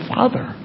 Father